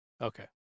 Okay